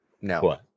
No